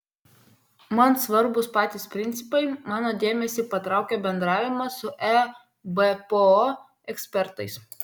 man svarbūs patys principai mano dėmesį patraukė bendravimas su ebpo ekspertais